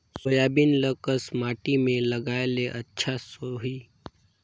Soybean ल कस माटी मे लगाय ले अच्छा सोही?